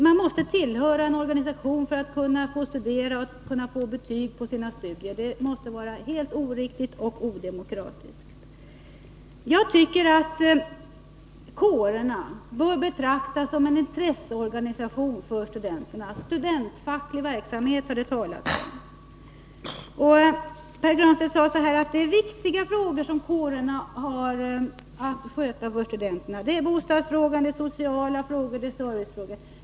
Man måste tillhöra en organisation för att få studera och för att få betyg på sina studier. Det måste vara helt oriktigt och odemokratiskt. Jag tycker att kårerna bör betraktas som intresseorganisationer för studenterna — det har talats om studentfacklig verksamhet. Pär Granstedt sade att det är viktiga frågor som kårerna har att sköta för studenterna. Det är bostadsfrågor, det är sociala frågor, det är servicefrågor.